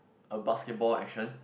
a basketball action